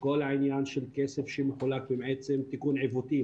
כך שכשעשו את השיפוי לעסקים המגזר הערבי קיבל פחות מ-5%.